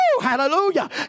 hallelujah